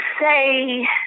say